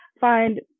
find